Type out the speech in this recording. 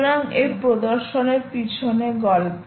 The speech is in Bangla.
সুতরাং এই প্রদর্শনের পিছনে গল্প